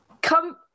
Come